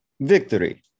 victory